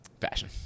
Fashion